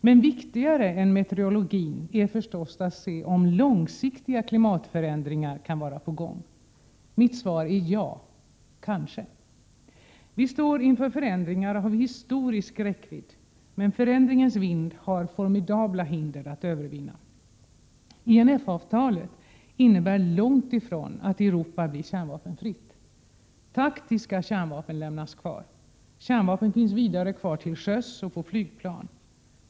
Men viktigare än meteorologin är förstås att se om långsiktiga klimatförändringar kan vara på gång. Mitt svar är: Ja, kanske. Vi står inför förändringar av historisk räckvidd. Men förändringens vind har formidabla hinder att övervinna. INF-avtalet innebär långt ifrån att Europa blir kärnvapenfritt. Taktiska kärnvapen lämnas kvar. Kärnvapen finns vidare kvar till sjöss och på flygplan.